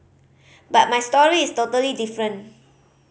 but my story is totally different